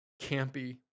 campy